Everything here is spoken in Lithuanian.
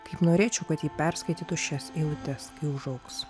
kaip norėčiau kad ji perskaitytų šias eilutes kai užaugs